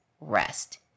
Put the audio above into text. rest